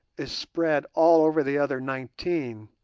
is spread all over the other nineteen,